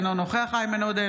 אינו נוכח איימן עודה,